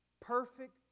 Perfect